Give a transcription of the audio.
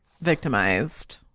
victimized